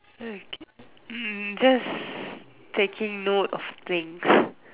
hmm k hmm just taking note of things